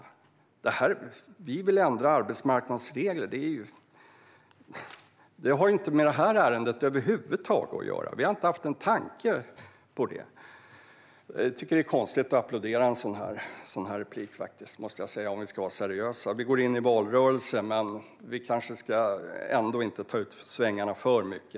Att vi vill ändra arbetsmarknadens regler har över huvud taget inget med detta att göra. Vi har inte haft en tanke på det. Jag tycker att det är konstigt att applådera en sådan replik, om vi ska vara seriösa. Vi går visserligen in i en valrörelse, men vi ska ändå inte ta ut svängarna för mycket.